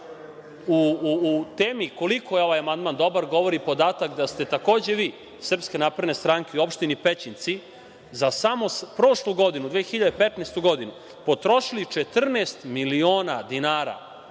temi, koliko je ovaj amandman dobar, govori podatak da ste takođe vi, iz SNS u opštini Pećinci, za samo prošlu godinu 2015. godinu, potrošili 14 miliona dinara